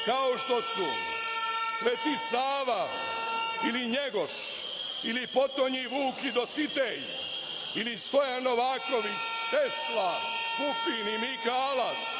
kao što su Sveti Sava ili Njegoš ili potonji Vuk i Dositej ili Stojan Novaković, Tesla, Pupin i Mika Alas,